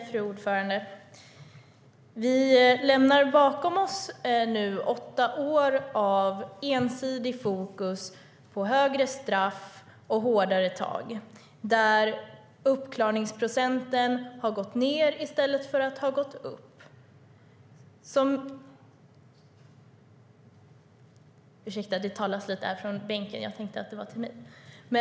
Fru talman! Vi lämnar nu bakom oss åtta år av ensidigt fokus på högre straff och hårdare tag, då uppklaringsprocenten har minskat i stället för att ha ökat.